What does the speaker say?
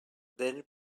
then